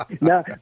No